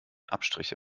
abstriche